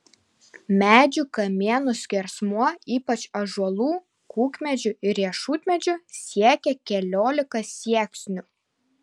medžių kamienų skersmuo ypač ąžuolų kukmedžių ir riešutmedžių siekė keliolika sieksnių